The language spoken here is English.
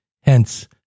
Hence